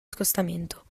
scostamento